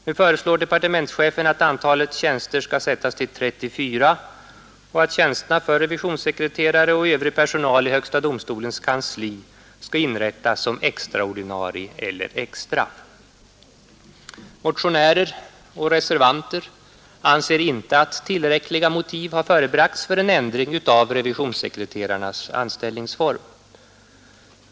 Nu föreslår departementschefen att antalet tjänster skall sättas till 34 och att tjänsterna för revisionssekreterare och övrig personal i högsta domstolens kansli skall inrättas som extraordinarie eller extra. Motionärer och reservanter anser inte att tillräckliga motiv har förebragts för en ändring av revisionssekreterarnas anställningsform.